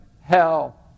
hell